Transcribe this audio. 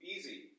Easy